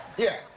yeah,